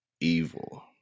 Evil